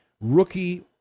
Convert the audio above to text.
rookie